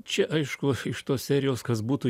čia aišku iš tos serijos kas būtų